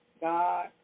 God